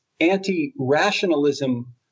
anti-rationalism